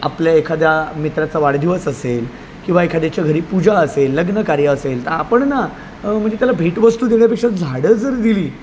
आपल्या एखाद्या मित्राचा वाढदिवस असेल किंवा एखाद्याच्या घरी पूजा असेल लग्नकार्य असेल तर आपण ना म्हणजे त्याला भेटवस्तू देण्यापेक्षा झाडं जर दिली